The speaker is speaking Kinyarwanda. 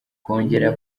kongera